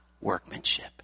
workmanship